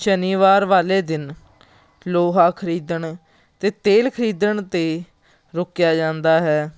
ਸ਼ਨੀਵਾਰ ਵਾਲੇ ਦਿਨ ਲੋਹਾ ਖਰੀਦਣ ਅਤੇ ਤੇਲ ਖਰੀਦਣ ਤੋਂ ਰੋਕਿਆ ਜਾਂਦਾ ਹੈ